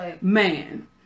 Man